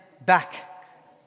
back